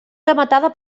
rematada